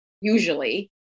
usually